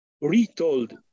retold